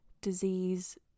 disease